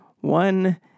one